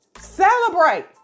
celebrate